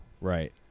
Right